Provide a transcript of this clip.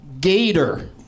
Gator